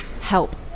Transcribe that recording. help